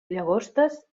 llagostes